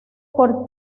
por